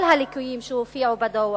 כל הליקויים שהופיעו בדוח